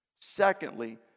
Secondly